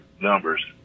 numbers